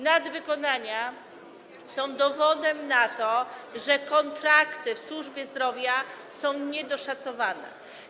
Nadwykonania są dowodem na to, że kontrakty w służbie zdrowia są niedoszacowane.